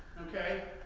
okay?